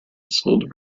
sold